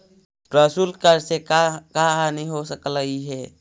प्रशुल्क कर से का का हानि हो सकलई हे